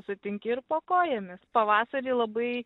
sutinki ir po kojomis pavasarį labai